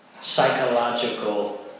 psychological